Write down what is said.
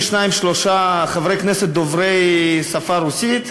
שניים-שלושה חברי כנסת דוברי השפה הרוסית,